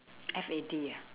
F A D ah